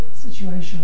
situation